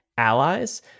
allies